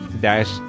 dash